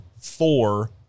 four